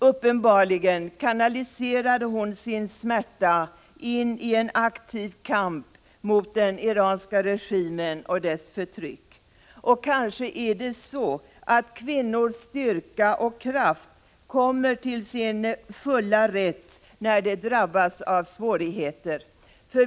Uppenbarligen kanaliserade hon sin smärta in i en aktiv kamp mot den iranska regimen och dess förtryck. Kanske är det så att kvinnors styrka och kraft kommer till sin fulla rätt när de drabbas av svårigheter.